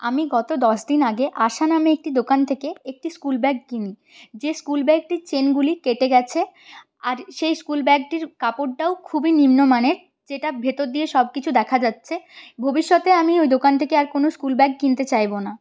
আমি গত দশদিন আগে আশা নামে একটি দোকান থেকে একটি স্কুলব্যাগ কিনি যে স্কুলব্যাগটির চেনগুলি কেটে গেছে আর সেই স্কুলব্যাগটির কাপড়টাও খুবই নিম্নমানের যেটা ভেতর দিয়ে সবকিছু দেখা যাচ্ছে ভবিষ্যতে আমি ওই দোকান থেকে আর কোন স্কুলব্যাগ কিনতে চাইবো না